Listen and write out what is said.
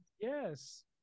Yes